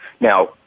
Now